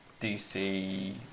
DC